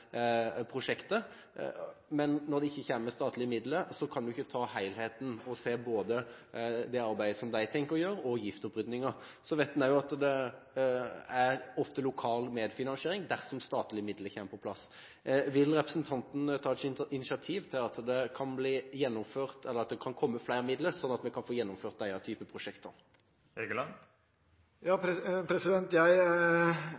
men når det ikke kommer statlige midler, kan en ikke se helheten; både det arbeidet de tenker å gjøre, og giftoppryddingen. En vet også at det ofte er lokal medfinansiering dersom statlige midler kommer på plass. Vil representanten ta initiativ til at det kan komme flere midler, slik at vi kan få gjennomført denne type prosjekt? Jeg er opptatt av at vi